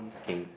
gain